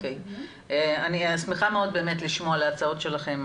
אני שמחה מאוד לשמוע על ההצעות שלכם,